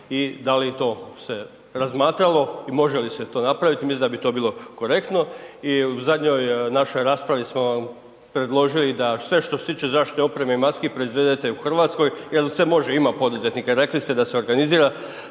i da li to se razmatralo i može li se to napraviti, mislim da bi to bilo korektno. I u zadnjoj našoj raspravi smo vam predložili da sve što se tiče zaštitne opreme i maski proizvedete u Hrvatskoj jer se može, ima poduzetnika, rekli ste da se organizira